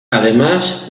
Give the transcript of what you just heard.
además